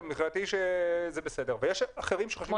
יש אחרים שחושבים אחרת.